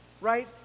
right